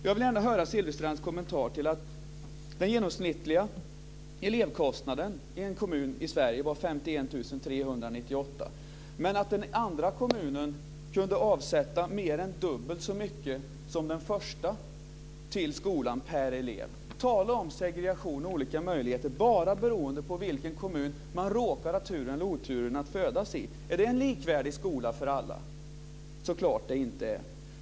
Jag vill gärna höra Silfverstrands kommentar till att den genomsnittliga elevkostnaden i en kommun i Sverige var 51 398 kr men att den andra kommunen kunde avsätta mer än dubbelt så mycket som den första till skolan per elev. Tala om segregation och olika möjligheter, bara beroende på vilken kommun man råkar ha turen eller oturen att födas i! Är det en likvärdig skola för alla? Det är det så klart inte.